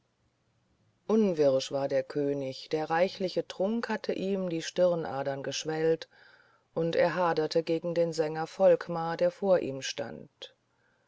unwirsch war der könig der reichliche trunk hatte ihm die stirnadern geschwellt und er haderte gegen den sänger volkmar der vor ihm stand